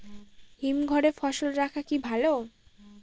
হিমঘরে ফসল রাখা কি ভালো?